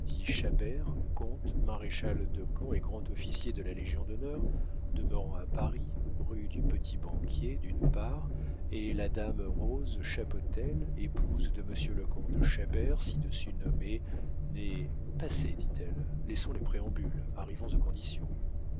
comte maréchal-de-camp et grand officier de la légion-d'honneur demeurant à paris rue du petit-banquier d'une part et la dame rose chapotel épouse de monsieur le comte chabert ci-dessus nommée née passez dit-elle laissons les préambules arrivons aux conditions